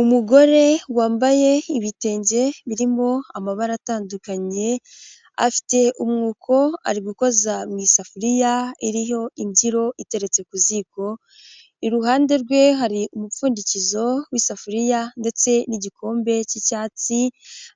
Umugore wambaye ibitenge birimo amabara atandukanye afite umwuko ari gukoza mu isafuriya iriho imbyiro iteretse ku ziko, iruhande rwe hari umupfundikizo w'isafuriya ndetse n'igikombe cy'icyatsi,